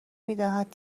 میدهد